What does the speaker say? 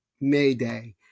Mayday